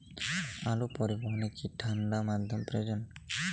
আলু পরিবহনে কি ঠাণ্ডা মাধ্যম প্রয়োজন?